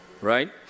right